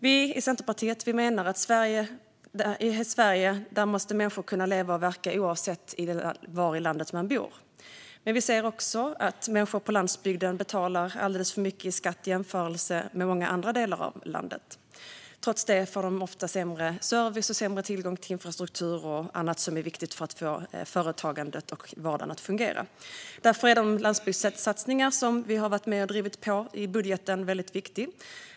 Vi i Centerpartiet menar att i Sverige måste människor kunna leva och verka oavsett var i landet de bor. Men vi ser också att människor på landsbygden betalar alldeles för mycket i skatt i jämförelse med hur det är i många andra delar av landet. Trots detta får de ofta sämre service och sämre tillgång till infrastruktur och annat som är viktigt för att få företagandet och vardagen att fungera. Därför är de landsbygdssatsningar som vi har varit med och drivit på för i budgeten väldigt viktiga.